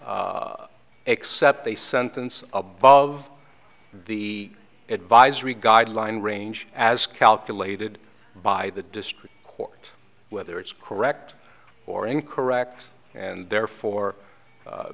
except a sentence above the advisory guideline range as calculated by the district court whether it's correct or incorrect and therefore